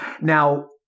Now